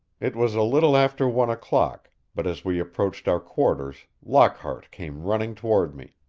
it was a little after one o'clock, but as we approached our quarters lockhart came running toward me.